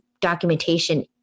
documentation